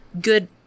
good